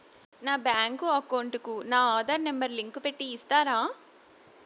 నా bank account కు నా ఆధార్ నెంబర్ లింకు పెట్టి ఇస్తారా?